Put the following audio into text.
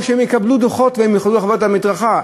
או שהם יקבלו דוחות והם יוכלו לחנות על המדרכה.